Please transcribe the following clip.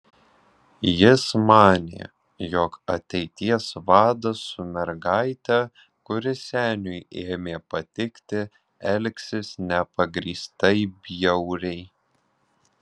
jis manė jog ateities vadas su mergaite kuri seniui ėmė patikti elgsis nepagrįstai bjauriai